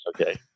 okay